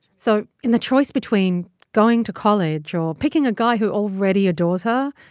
so in the choice between going to college or picking a guy who already adores her,